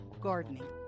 gardening